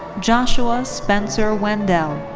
joshua spencer wendell.